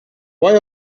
why